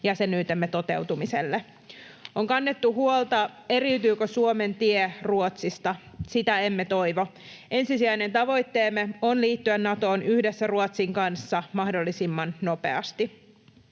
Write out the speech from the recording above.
jäsenyytemme toteutumiselle. On kannettu huolta, eriytyykö Suomen tie Ruotsista, sitä emme toivo. Ensisijainen tavoitteemme on liittyä Natoon yhdessä Ruotsin kanssa mahdollisimman nopeasti.